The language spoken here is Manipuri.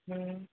ꯎꯝ